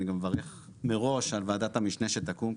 אני גם מברך מראש על ועדת המשנה שתקום,